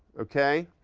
okay?